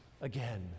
again